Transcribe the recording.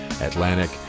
atlantic